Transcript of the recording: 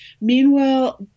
Meanwhile